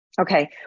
Okay